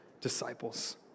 disciples